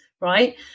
right